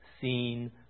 seen